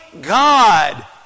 God